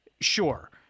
sure